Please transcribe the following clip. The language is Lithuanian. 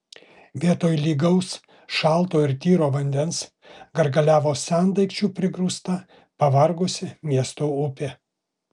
vietoj lygaus šalto ir tyro vandens gargaliavo sendaikčių prigrūsta pavargusi miesto upė